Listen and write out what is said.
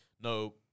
no